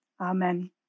Amen